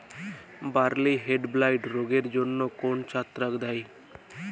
বার্লির হেডব্লাইট রোগের জন্য কোন ছত্রাক দায়ী?